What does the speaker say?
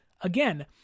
again